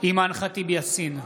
אימאן ח'טיב יאסין,